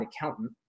accountant